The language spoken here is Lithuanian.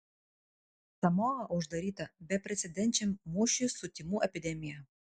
samoa uždaryta beprecedenčiam mūšiui su tymų epidemija